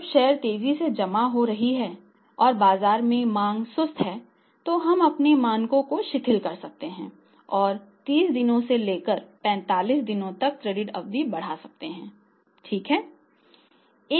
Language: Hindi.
जब शेयर तेजी जमा हो रही है और बाजार में मांग सुस्त है तो हम अपने मानकों को शिथिल कर सकते हैं और 30 दिनों से लेकर 45 दिनों तक क्रेडिट अवधि बढ़ा सकते हैं ठीक है